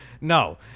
No